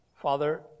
Father